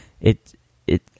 It—it